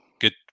good